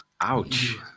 Ouch